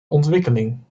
ontwikkeling